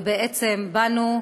ובעצם באנו,